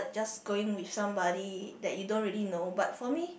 just going with somebody that you don't really know but for me